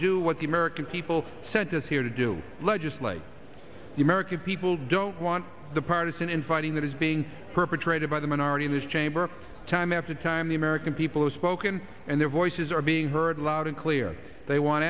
do what the american people such as here to do legislate the american people don't want the partisan infighting that is being perpetrated by the minority in this chamber time after time the american people have spoken and their voices are being heard loud and clear they want